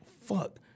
fuck